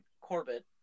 Corbett